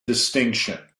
distinction